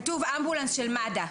כתוב בנוסח "אמבולנס של מד"א".